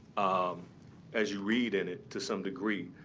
um as you read in it to some degree,